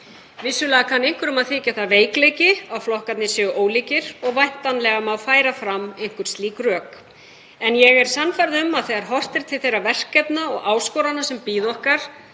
Vissulega kann einhverjum að þykja það veikleiki að flokkarnir séu ólíkir og væntanlega má færa fram einhver slík rök en ég er sannfærð um að þegar horft er til þeirra verkefna og áskorana sem bíða okkar